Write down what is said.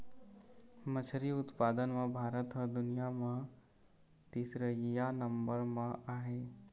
मछरी उत्पादन म भारत ह दुनिया म तीसरइया नंबर म आहे